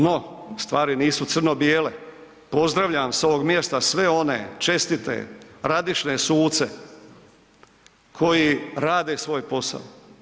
No, stvari nisu crno bijele, pozdravljam s ovog mjesta sve one čestite, radišne suce koji rade svoj posao.